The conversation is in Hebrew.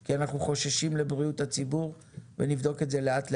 כי אנחנו חוששים לבריאות הציבור ונבדוק את זה לאט לאט.